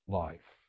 life